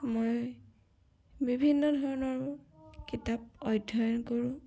মই বিভিন্ন ধৰণৰ কিতাপ অধ্যয়ন কৰোঁ